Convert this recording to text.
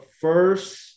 first